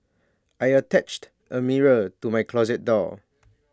I attached A mirror to my closet door